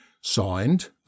Signed